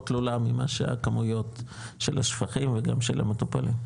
תלולה ממה שהכמויות של השפכים וגם של המטופלים.